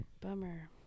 Bummer